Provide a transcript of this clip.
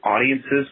audiences